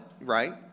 right